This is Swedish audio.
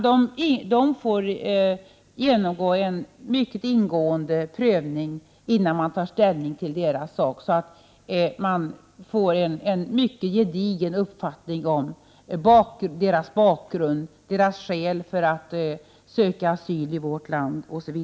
Dessa får genomgå en mycket ingående prövning innan ställning tas till deras sak. Det gäller ju att få en mycket gedigen uppfattning bl.a. om barnens bakgrund och om deras skäl för att söka asyl i vårt land.